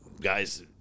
guys